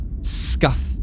scuff